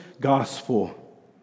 gospel